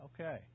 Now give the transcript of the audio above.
Okay